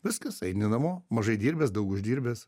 viskas eini namo mažai dirbęs daug uždirbęs